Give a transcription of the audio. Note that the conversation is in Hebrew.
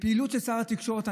פעילות שר התקשורת,